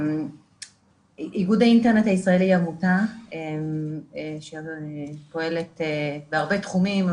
הוא עמותה שפועלת בהרבה תחומים,